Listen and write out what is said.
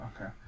okay